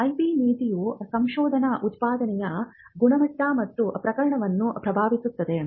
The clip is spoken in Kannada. ಐಪಿ ನೀತಿಯು ಸಂಶೋಧನಾ ಉತ್ಪಾದನೆಯ ಗುಣಮಟ್ಟ ಮತ್ತು ಪ್ರಮಾಣವನ್ನು ಪ್ರಭಾವಿಸುತ್ತದೆ